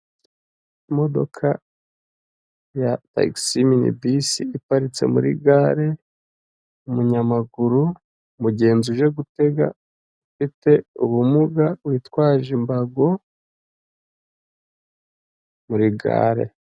Imodoka ya tagisi mini bisi iparitse muri gare umunyamaguru umugenzi uje gutega ufite ubumuga witwaje imbago muri gare.